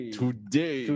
today